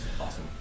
Awesome